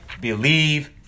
believe